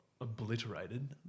obliterated